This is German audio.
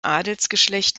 adelsgeschlecht